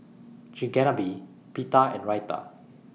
Chigenabe Pita and Raita